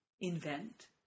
invent